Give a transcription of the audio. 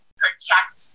protect